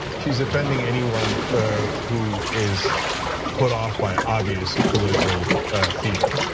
she's offending anyone who is put off by obvious political theater.